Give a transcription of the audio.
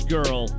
Girl